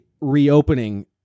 reopening